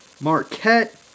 Marquette